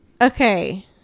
Okay